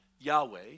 Yahweh